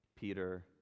Peter